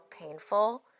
painful